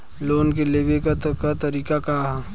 Loan के लेवे क तरीका का ह?